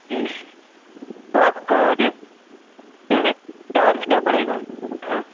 جی تو آپ کا جیسے چارج کیا پڑے گا ہاں